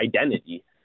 identity